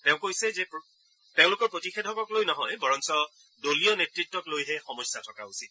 তেওঁ কৈছে যে তেওঁলোকৰ প্ৰতিষেধকক লৈ নহয় বৰং দলীয় নেতৃত্বকলৈহে সমস্যা থকা উচিত